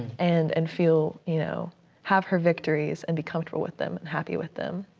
and and feel, you know have her victories and be comfortable with them and happy with them.